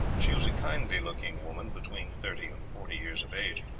she was a kindly-looking woman between thirty and forty years of age.